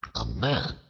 a man,